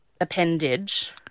appendage